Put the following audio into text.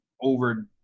over